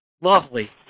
lovely